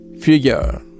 figure